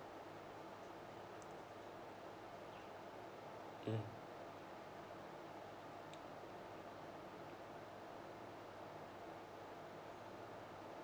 mm